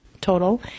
total